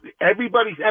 Everybody's